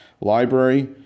library